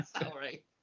Sorry